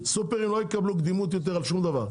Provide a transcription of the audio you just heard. סופרים לא יקבלו קדימות יותר על שום דבר,